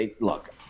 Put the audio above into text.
look